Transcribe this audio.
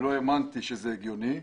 לא האמנתי שזה הגיוני.